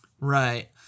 Right